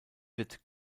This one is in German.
wird